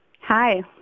Hi